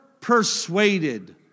persuaded